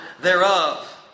thereof